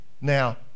now